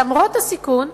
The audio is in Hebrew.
למרות הסיכון,